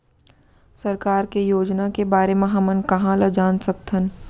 सरकार के योजना के बारे म हमन कहाँ ल जान सकथन?